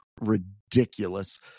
ridiculous